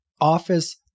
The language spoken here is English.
office